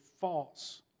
false